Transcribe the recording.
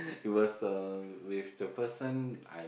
it was with the person I